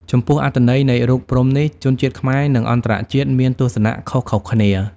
ចំពោះអត្ថន័យនៃរូបព្រហ្មនេះ ជនជាតិខ្មែរនិងអន្តរជាតិមានទស្សនៈខុសៗគ្នា។